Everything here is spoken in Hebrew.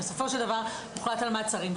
בסופו של דבר הוחלט על מעצרים.